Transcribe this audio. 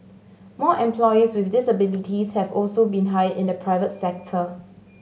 more employees with disabilities have also been hired in the private sector